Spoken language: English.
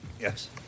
Yes